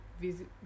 visit